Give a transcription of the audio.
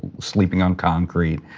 sleeping on concrete,